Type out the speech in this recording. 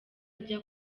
ajya